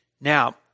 Now